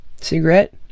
Cigarette